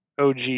OG